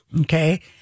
okay